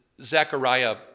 Zechariah